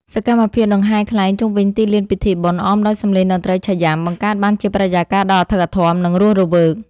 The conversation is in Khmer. សកម្មភាពដង្ហែខ្លែងជុំវិញទីលានពិធីបុណ្យ អមដោយសម្លេងតន្ត្រីឆៃយាំ បង្កើតបានជាបរិយាកាសដ៏អធិកអធម និងរស់រវើក។